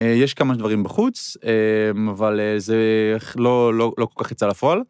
אה... יש כמה דברים בחוץ, אמ... אבל, אה, זה... ח-לא-לא-לא כל כך יצא לפועל,